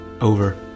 over